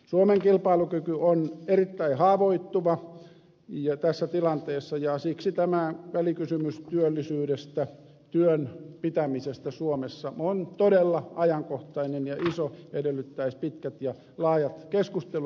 suomen kilpailukyky on erittäin haavoittuva tässä tilanteessa ja siksi tämä välikysymys työllisyydestä työn pitämisestä suomessa on todella ajankohtainen ja iso ja se edellyttäisi pitkät ja laajat keskustelut ja pohdinnat